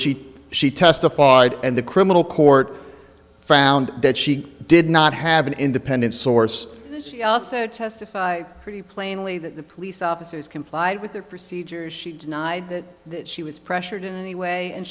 she she testified and the criminal court found that she did not have an independent source said testify pretty plainly that the police officers complied with their procedures she denied that she was pressured in any way and